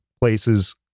places